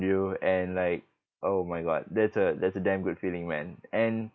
you and like oh my god that's a that's a damn good feeling man and